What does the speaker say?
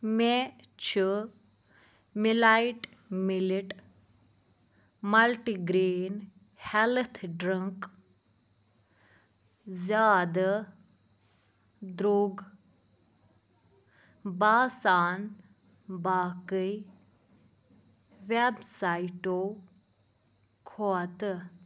مےٚ چھُ مِلایِٹ millet multi grain health drink زیادٕ درٛوٚگ باسان باقٕے وٮ۪بسایٹو کھۄتہٕ